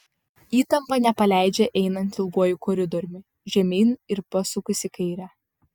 įtampa nepaleidžia einant ilguoju koridoriumi žemyn ir pasukus į kairę